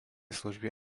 služby